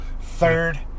Third